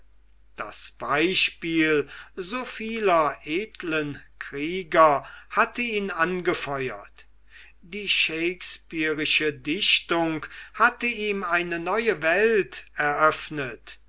das beispiel so vieler edlen krieger hatte ihn angefeuert die shakespearische dichtung hatte ihm eine neue welt eröffnet